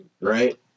right